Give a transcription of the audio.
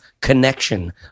connection